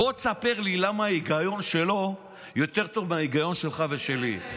בוא תספר לי למה ההיגיון שלו יותר טוב מההיגיון שלך ושלי.